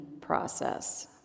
process